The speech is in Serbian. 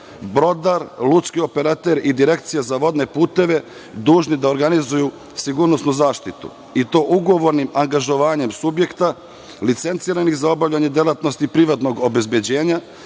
broda, lučki operater i Direkcija za vodne puteve dužni da organizuju sigurnosnu zaštitu, i to ugovornim angažovanjem subjekta licenciranih za obavljanje delatnosti privatnog obezbeđenja